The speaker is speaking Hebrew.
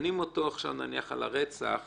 כשדנים אותו על הרצח,